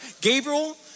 Gabriel